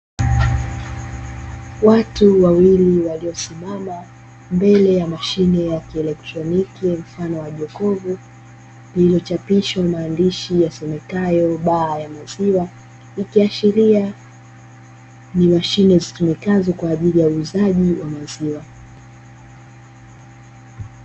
Watu wawili waliosimama mbele ya mashine ya kielektroniki mfano wa jokofu, iliyochapishwa maandishi yasomekayo baa ya maziwa. Ikiashiria ni mashine zitumikazo kwa ajili ya uuzaji wa maziwa.